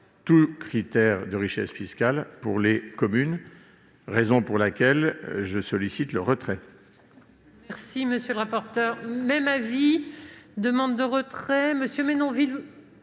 tout critère de richesse fiscale pour les communes, raison pour laquelle la commission sollicite son retrait.